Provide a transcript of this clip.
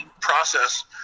process